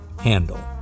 handle